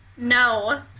No